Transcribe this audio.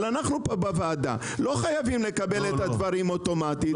אבל אנחנו בוועדה לא חייבים לקבל את הדברים אוטומטית.